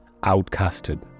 outcasted